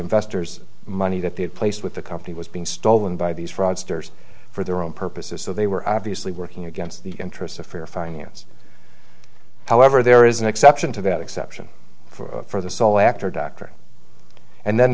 investors money that they had placed with the company was being stolen by these fraudsters for their own purposes so they were obviously working against the interests of fair finance however there is an exception to that exception for the sole actor doctor and then